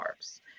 carbs